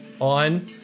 on